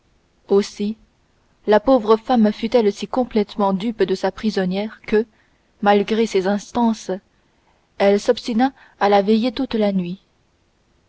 aussi la pauvre femme fut-elle si complètement dupe de sa prisonnière que malgré ses instances elle s'obstina à la veiller toute la nuit